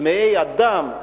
צמאי הדם,